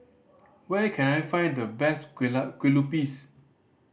where can I find the best Kueh Lupis